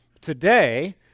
today